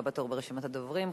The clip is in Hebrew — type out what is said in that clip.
הבא בתור ברשימת הדוברים,